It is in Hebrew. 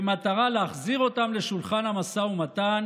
במטרה להחזיר אותם לשולחן המשא ומתן